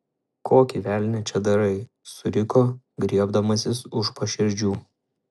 kokį velnią čia darai suriko griebdamasis už paširdžių